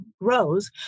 grows